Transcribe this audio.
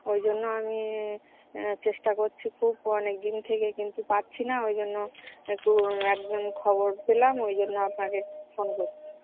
ওই জন্য আমি চেষ্টা করছি খুব অনেক দিন থেকে কিন্তু পাচ্ছি না ওই জন্য একটু একজন খবর পেলাম ওই জন্য আপনাকে ফোন করছি